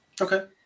Okay